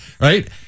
right